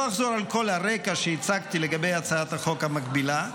לא אחזור על כל הרקע שהצגתי לגבי הצעת החוק המקבילה,